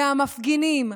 מהמפגינים,